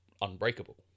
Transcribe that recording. unbreakable